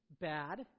bad